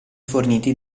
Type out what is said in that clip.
forniti